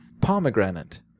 Pomegranate